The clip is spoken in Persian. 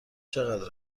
چقدر